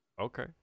Okay